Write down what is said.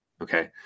Okay